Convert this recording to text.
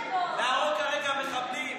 להרוג כרגע מחבלים.